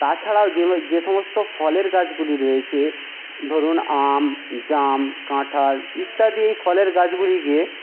তাছাড়াও যে সমস্ত ফলের গাছগুলি রয়েছে ধরুন আম জাম কাঁঠাল ইত্যাদি এই ফলের গাছগুলিকে